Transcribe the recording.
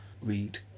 Read